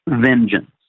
vengeance